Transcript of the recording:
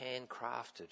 handcrafted